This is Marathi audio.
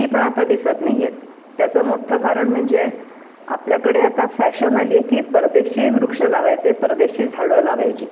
ती पण आता दिसत नाही आहेत त्याचं मोठं कारण म्हणजे आपल्याकडे आता फॅशन आली आहे की परदेशी वृक्ष लावायचे परदेशी झाडं लावायची